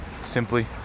simply